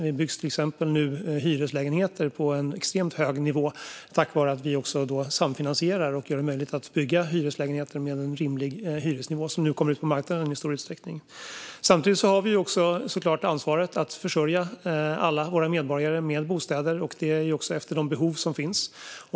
Det byggs hyreslägenheter på en extremt hög nivå, detta tack vare att vi samfinansierar och gör det möjligt att bygga hyreslägenheter med en rimlig hyresnivå som nu kommer ut på marknaden i större utsträckning. Samtidigt har vi också såklart ansvaret att försörja alla våra medborgare med bostäder efter de behov som finns.